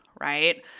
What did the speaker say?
right